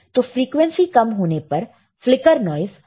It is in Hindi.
तो फ्रीक्वेंसी कम होने पर फ्लिकर नॉइस बढ़ता है